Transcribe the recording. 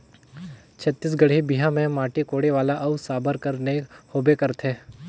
छत्तीसगढ़ी बिहा मे माटी कोड़े वाला अउ साबर कर नेग होबे करथे